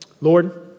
Lord